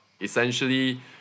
Essentially